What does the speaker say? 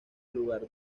lugar